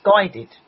guided